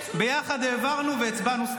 ביחד העברנו והצבענו,